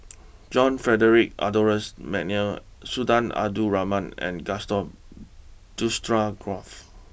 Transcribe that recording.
John Frederick Adolphus McNair Sultan Abdul Rahman and Gaston